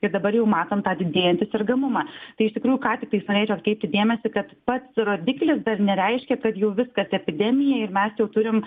ir dabar jau matom tą didėjantį sergamumą tai iš tikrųjų ką tiktais atkreipti dėmesį kad pats rodiklis dar nereiškia kad jau viskas epidemijai ir mes jau turim